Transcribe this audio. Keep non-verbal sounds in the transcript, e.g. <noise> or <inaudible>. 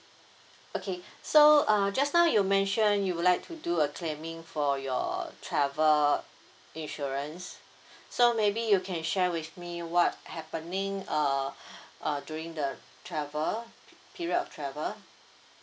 okay so uh just now you mention you would like to do a claiming for your travel insurance so maybe you can share with me what happening uh <breath> uh during the travel pe~ period of travel